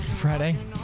Friday